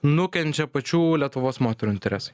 nukenčia pačių lietuvos moterų interesai